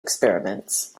experiments